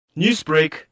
Newsbreak